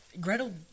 Gretel